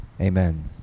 Amen